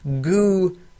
Goo